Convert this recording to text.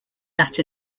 that